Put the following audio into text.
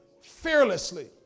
fearlessly